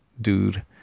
dude